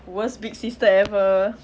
worst big sister ever